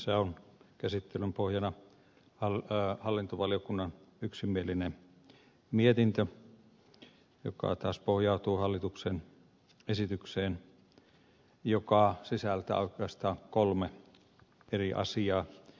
tässä on käsittelyn pohjana hallintovaliokunnan yksimielinen mietintö joka taas pohjautuu hallituksen esitykseen joka sisältää oikeastaan kolme eri asiaa